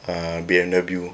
uh B_M_W